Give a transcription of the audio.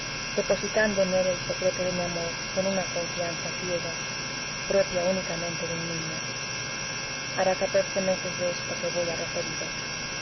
depositando en él el secreto de mi amor con una confianza ciega propia únicamente de un niño hará catorce meses de esto que voy a referiros